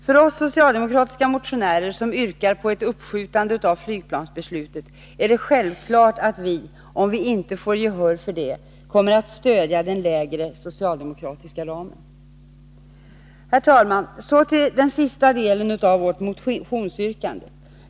För oss socialdemokratiska motionärer som yrkar på ett uppskjutande av flygplansbeslutet är det självklart att vi — om vi inte får gehör för detta — kommer att stödja den lägre, socialdemokratiska ramen. Herr talman! Så till den sista delen av vårt motionsyrkande.